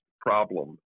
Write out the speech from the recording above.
problem